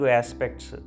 aspects